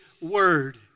word